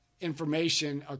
Information